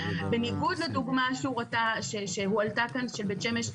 בניגוד לדוגמא שהועלתה כאן של בית שמש.